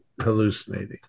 hallucinating